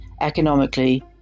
economically